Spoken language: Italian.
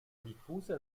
diffuse